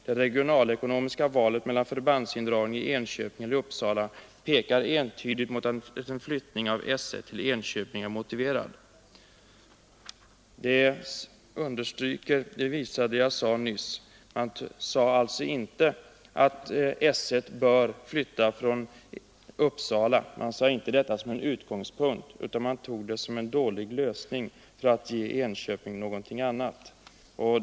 Det regionalekonomiska valet mellan förbandsindragning i Enköping eller i Uppsala pekar entydigt mot att en flyttning av §S I till Enköping är motiverad.” Detta understryker det jag nyss sade. Man angav alltså inte som en utgångspunkt att S 1 bör flytta från Uppsala, utan man tog det som en dålig lösning för att ge Enköping något annat.